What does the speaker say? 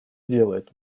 делает